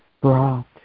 brought